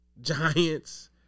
Giants